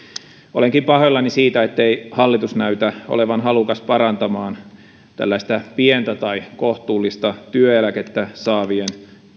olenkin pahoillani siitä ettei hallitus näytä olevan halukas parantamaan tällaista pientä tai kohtuullista työeläkettä saavien